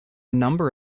number